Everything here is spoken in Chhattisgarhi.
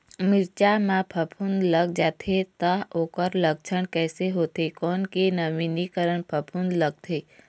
मिर्ची मा फफूंद लग जाथे ता ओकर लक्षण कैसे होथे, कोन के नवीनीकरण फफूंद लगथे?